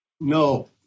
No